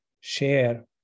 share